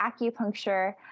Acupuncture